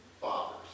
fathers